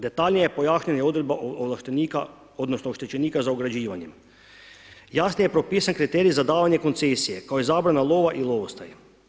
Detaljnije pojašnjena odredba ovlaštenika odnosno oštećenika za ograđivanjem, jasnije je propisan kriterij za davanje koncesije kao i zabrana lova i lovostaj.